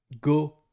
go